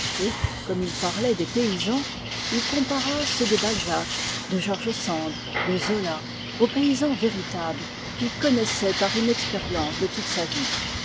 comme il parlait des paysans il compara ceux de balzac de george sand de zola aux paysans véritables qu'il connaissait par une expérience de toute sa vie